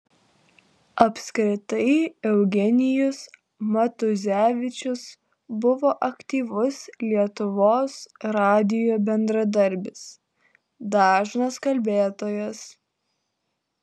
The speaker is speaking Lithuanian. apskritai eugenijus matuzevičius buvo aktyvus lietuvos radijo bendradarbis dažnas kalbėtojas